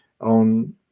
on